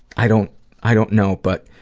i don't i don't know but,